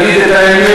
להגיד את האמת,